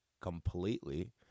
completely